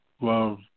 love